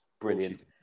Brilliant